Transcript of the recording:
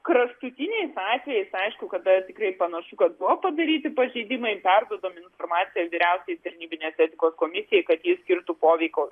kraštutiniais atvejais aišku kada tikrai panašu kad buvo padaryti pažeidimai perduodam informaciją vyriausiajai tarnybinės etikos komisijai kad jis skirtų poveikio